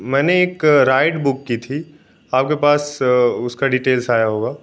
मैंने एक ride book की थी आपके पास उस का डिटेल्स आया होगा